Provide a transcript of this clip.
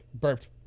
burped